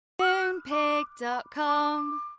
Moonpig.com